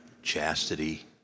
chastity